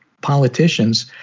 politicians